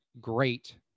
great